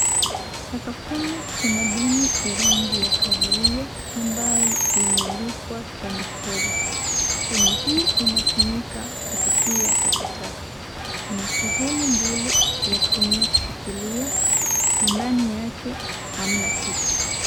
Sakafuni kuna bini ya rangi ya kahawia ambayo imeandikwa Kenpoly ,bini hii inatumika kutupia takataka ina sehemu mbili ya kushikilia ndani yake hamna kitu.